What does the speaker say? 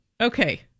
Okay